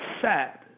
sad